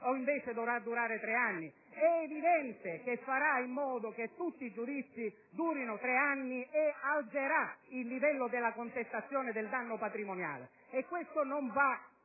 giudizio dovrà durare due o tre anni? È evidente che farà in modo che tutti i giudizi durino tre anni e alzerà il livello della contestazione del danno patrimoniale. E questo non va